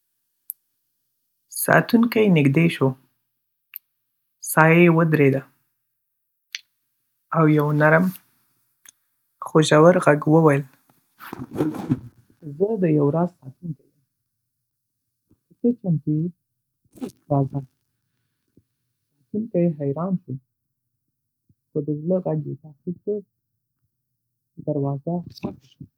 ساتونکی نېږدې شو. سایه ودرېده، او یوه نرم، خو ژور غږ وویل: “زه د یو راز ساتونکی یم. که ته چمتو یې، راځه.” ساتونکی حیران شو — خو د زړه غږ یې تعقیب کړ. دروازه خلاصه شوه.